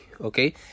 Okay